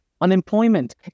unemployment